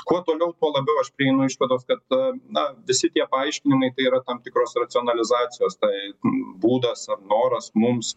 kuo toliau tuo labiau aš prieinu išvados kad na visi tie paaiškinimai tai yra tam tikros racionalizacijos tai būdas ar noras mums